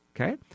okay